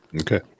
okay